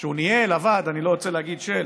שהוא ניהל, עבד בה, אני לא רוצה להגיד "של",